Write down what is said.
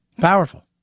Powerful